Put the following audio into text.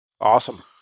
Awesome